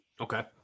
okay